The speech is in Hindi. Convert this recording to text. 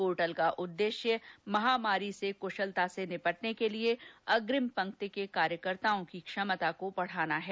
पोर्टल का उद्देश्य महामारी से कुशलता से निपटने के लिए अग्रिम पंक्ति के कार्यकर्ताओं की क्षमता को बढाना है